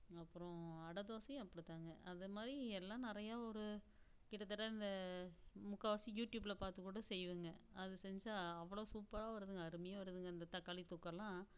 அப்புறம் அடை தோசையும் அப்படிதாங்க அதை மாதிரி எல்லாம் நிறையா ஒரு கிட்டத்தட்ட இந்த முக்கால்வாசி யூடியூபில் பார்த்து கூட செய்வேங்க அது செஞ்சால் அவ்வளோ சூப்பராக வருதுங்க அருமையாக வருதுங்க இந்த தக்காளி தொக்கு எல்லாம்